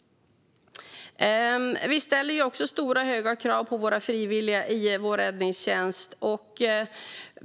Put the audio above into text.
Vi ställer också höga krav på våra frivilliga i räddningstjänsten.